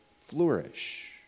flourish